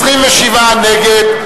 27 נגד.